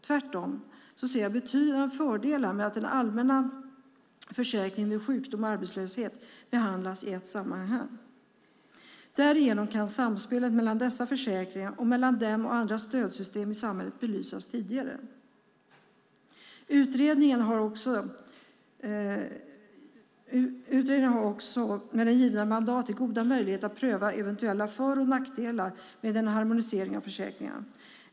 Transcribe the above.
Jag ser tvärtom betydande fördelar med att den allmänna försäkringen mot sjukdom och arbetslöshet behandlas i ett sammanhang. Därigenom kan samspelet mellan dessa försäkringar och andra stödsystem i samhället belysas tidigare. Utredningen har också med de givna mandaten goda möjligheter att pröva eventuella för och nackdelar med en harmonisering av försäkringarna.